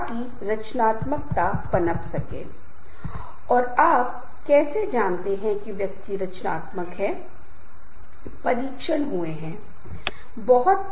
जब लोग स्वाभाविक रूप से सामान्य रुचि रखते हैं तो वे एक साथ आते हैं और वे समूह बनाते हैं